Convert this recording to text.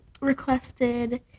requested